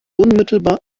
unmittelbar